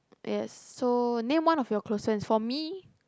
yes so name one of your closest for me